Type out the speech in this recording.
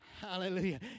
Hallelujah